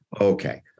Okay